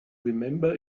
remember